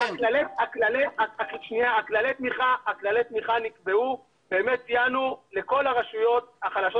כללי התמיכה נקבעו לכל הרשויות החלשות